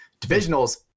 divisionals